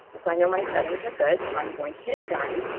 so i know my settings are good, so i'm going to hit done.